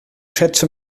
schätze